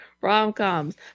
rom-coms